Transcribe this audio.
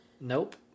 Nope